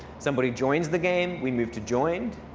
somebody joins the game. we moved to joined.